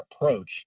approach